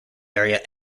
area